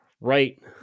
Right